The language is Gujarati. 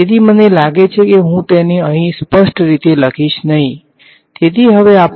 તેથી મને લાગે છે કે હું તેને અહીં સ્પષ્ટ રીતે લખીશ નહીં તેથી હવે આપણે ખરેખર આ સાથે કેવી રીતે આગળ વધીએ